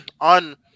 on